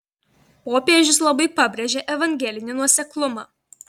popiežius labai pabrėžia evangelinį nuoseklumą